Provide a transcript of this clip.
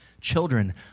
children